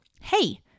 Hey